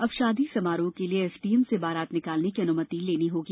अब शादी समारोह के लिए एस डी एम से बारात निकालने की अनुमति लेनी होगी